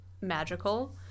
magical